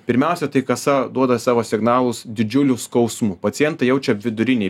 pirmiausia tai kasa duoda savo signalus didžiuliu skausmu pacientai jaučia vidurinėj